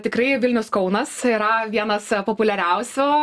tikrai vilnius kaunas yra vienas populiariausių